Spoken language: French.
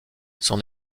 son